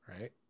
right